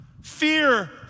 Fear